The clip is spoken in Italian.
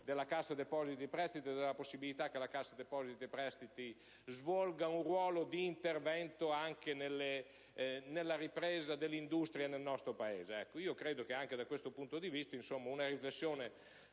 della Cassa depositi e prestiti e della possibilità che essa svolga un ruolo di intervento anche nella ripresa dell'industria nel nostro Paese. Credo che anche da questo punto di vista andrebbe